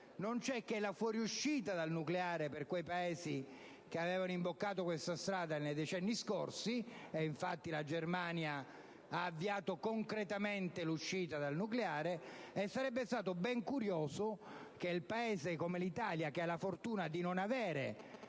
non c'è che la fuoriuscita dal nucleare per i Paesi che avevano imboccato questa strada nei decenni scorsi. Infatti, la Germania ha avviato concretamente l'uscita dal nucleare, e sarebbe stato ben curioso che un Paese come l'Italia, che ha la fortuna di non avere